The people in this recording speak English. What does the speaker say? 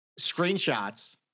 screenshots